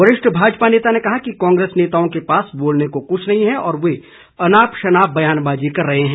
वरिष्ठ भाजपा नेता ने कहा कि कांग्रेस नेताओं के पास बोलने को कुछ नहीं है और वे अनाप शनाप बयानबाजी कर रहे हैं